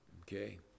okay